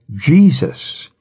Jesus